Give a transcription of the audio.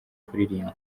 kuririmba